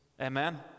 Amen